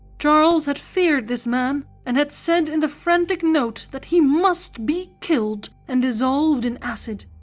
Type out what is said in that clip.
charles had feared this man, and had said in the frantic note that he must be killed and dissolved in acid.